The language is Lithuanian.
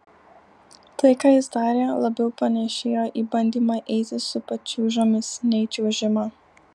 tai ką jis darė labiau panėšėjo į bandymą eiti su pačiūžomis nei čiuožimą